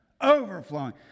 overflowing